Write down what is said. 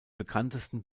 bekanntesten